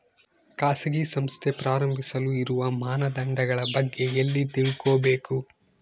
ಖಾಸಗಿ ಸಂಸ್ಥೆ ಪ್ರಾರಂಭಿಸಲು ಇರುವ ಮಾನದಂಡಗಳ ಬಗ್ಗೆ ಎಲ್ಲಿ ತಿಳ್ಕೊಬೇಕು?